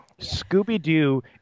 Scooby-Doo